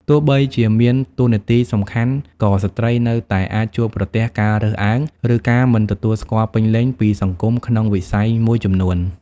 ទោះបីជាមានតួនាទីសំខាន់ ក៏ស្ត្រីនៅតែអាចជួបប្រទះការរើសអើង ឬការមិនទទួលស្គាល់ពេញលេញពីសង្គមក្នុងវិស័យមួយចំនួន។